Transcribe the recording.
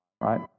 right